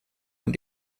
und